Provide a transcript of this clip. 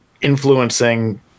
influencing